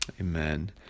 Amen